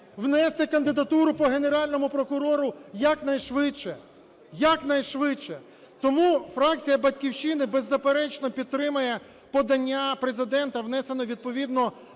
внести кандидатуру по Генеральному прокурору якнайшвидше, якнайшвидше. Тому фракція "Батьківщина" беззаперечно підтримає подання Президента, внесене відповідно